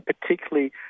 particularly